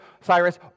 Cyrus